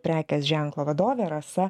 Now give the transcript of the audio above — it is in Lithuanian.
prekės ženklo vadovė rasa